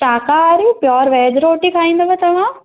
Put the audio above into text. शाकाहारी pure veg रोटी खाईंदव तव्हां